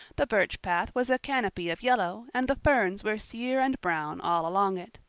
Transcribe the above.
the birch path was a canopy of yellow and the ferns were sear and brown all along it.